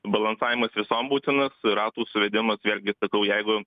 balansavimas visom būtinas ratų suvedimas vėlgi sakau jeigu